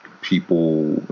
people